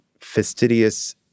fastidious